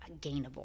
gainable